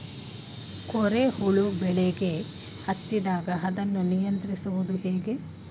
ಕೋರೆ ಹುಳು ಬೆಳೆಗೆ ಹತ್ತಿದಾಗ ಅದನ್ನು ನಿಯಂತ್ರಿಸುವುದು ಹೇಗೆ?